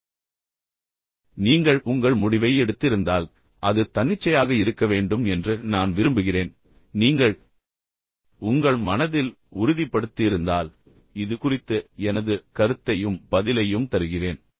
எனவே நீங்கள் உங்கள் முடிவை எடுத்திருந்தால் அது தன்னிச்சையாக இருக்க வேண்டும் என்று நான் விரும்புகிறேன் நீங்கள் உங்கள் மனதில் உறுதிப்படுத்தியிருந்தால் இது குறித்து எனது கருத்தையும் பதிலையும் தருகிறேன்